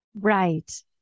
Right